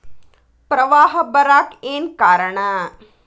ಪ್ರವಾಹ ಬರಾಕ್ ಏನ್ ಕಾರಣ?